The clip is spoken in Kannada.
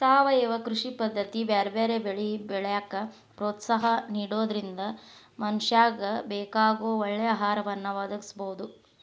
ಸಾವಯವ ಕೃಷಿ ಪದ್ದತಿ ಬ್ಯಾರ್ಬ್ಯಾರೇ ಬೆಳಿ ಬೆಳ್ಯಾಕ ಪ್ರೋತ್ಸಾಹ ನಿಡೋದ್ರಿಂದ ಮನಶ್ಯಾಗ ಬೇಕಾಗೋ ಒಳ್ಳೆ ಆಹಾರವನ್ನ ಒದಗಸಬೋದು